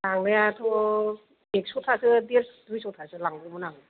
लांनायाथ' एक्स'थासो देर दुइस'थासो लांगौमोन आं